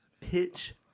pitch